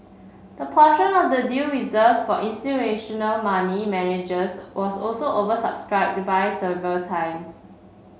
the portion of the deal reserved for institutional money managers was also oversubscribed by several times